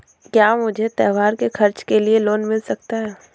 क्या मुझे त्योहार के खर्च के लिए लोन मिल सकता है?